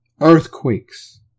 Earthquakes